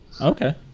okay